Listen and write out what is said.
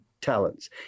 talents